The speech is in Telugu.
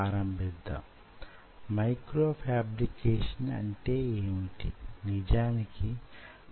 అటువంటి పేటర్న్ మైక్రో కాంటిలివర్ చాలా శక్తిమంతమైన సాధనం